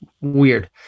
weird